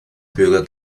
bürger